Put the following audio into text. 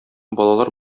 балалар